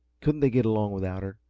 couldn't they get along without her?